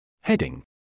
Heading